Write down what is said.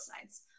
sides